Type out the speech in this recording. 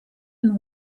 and